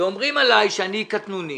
ואומרים עליי שאני קטנוני